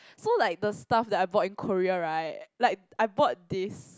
so like the stuff that I bought in Korea right like I bought this